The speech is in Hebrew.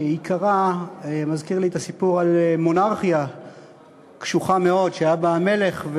שעיקרה מזכיר לי את הסיפור על מונרכיה קשוחה מאוד שהיה בה מלך,